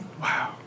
Wow